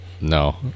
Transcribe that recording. No